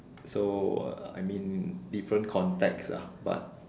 so uh I mean different context ah but